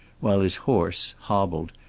while his horse, hobbled,